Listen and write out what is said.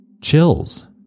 Chills